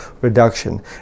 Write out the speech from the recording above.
reduction